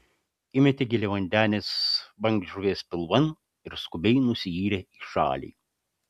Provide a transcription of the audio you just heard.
įmetė giliavandenės bangžuvės pilvan ir skubiai nusiyrė į šalį